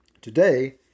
Today